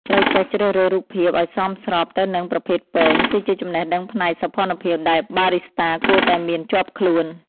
ត្រូវចេះជ្រើសរើសរូបភាពឱ្យសមស្របទៅនឹងប្រភេទពែង គឺជាចំណេះដឹងផ្នែកសោភ័ណភាពដែលបារីស្តាគួរតែមានជាប់ខ្លួន។